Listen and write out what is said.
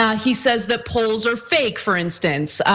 ah he says the polls are fake, for instance,